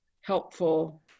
helpful